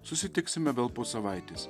susitiksime vėl po savaitės